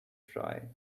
dry